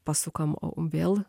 pasukam vėl